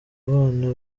abana